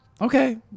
okay